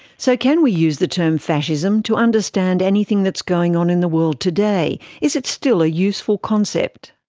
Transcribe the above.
so can we use the term fascism to understand anything that's going on in the world today? is it still a useful concept?